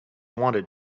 wanted